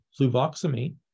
fluvoxamine